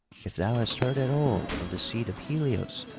if thou hast heard at all of the seed of helios,